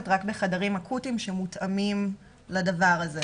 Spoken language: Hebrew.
רק בחדרים אקוטיים שמותאמים לדבר הזה.